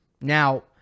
Now